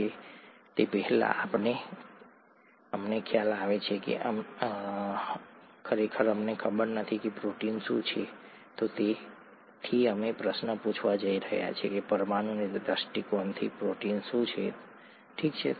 અને તે પહેલાં અમને ખ્યાલ આવે છે કે અમને ખરેખર ખબર નથી કે પ્રોટીન શું છે અને તેથી અમે પ્રશ્ન પૂછવા જઈ રહ્યા છીએ પરમાણુ દૃષ્ટિકોણથી પ્રોટીન શું છે ઠીક છે